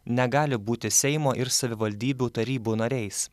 negali būti seimo ir savivaldybių tarybų nariais